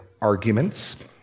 arguments